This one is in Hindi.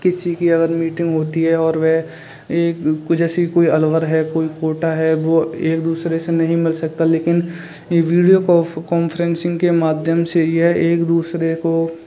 किसी कि अगर मीटिंग होती है और वह को जैसे कोई अलवर है कोई कोटा है वह एक दूसरे से नहीं मिल सकता लेकिन वीडियो कफ्रेंसिंग के माध्यम से यह एक दूसरे को